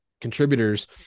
contributors